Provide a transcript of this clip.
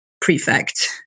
prefect